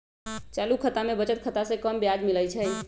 चालू खता में बचत खता से कम ब्याज मिलइ छइ